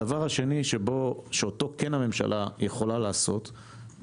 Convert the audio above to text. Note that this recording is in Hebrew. הדבר השני, שאותו כן הממשלה יכולה לעשות,